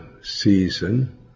season